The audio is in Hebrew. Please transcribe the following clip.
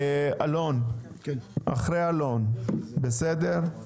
אחרי אלון, בסדר?